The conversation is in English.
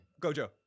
Gojo